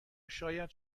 شاید